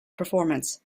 performance